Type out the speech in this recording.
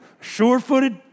Sure-footed